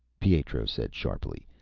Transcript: pietro said sharply.